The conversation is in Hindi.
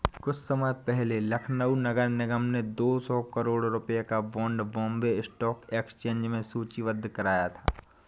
कुछ समय पहले लखनऊ नगर निगम ने दो सौ करोड़ रुपयों का बॉन्ड बॉम्बे स्टॉक एक्सचेंज में सूचीबद्ध कराया था